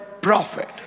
prophet